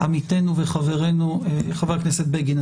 עמיתנו וחברנו חבר הכנסת בגין.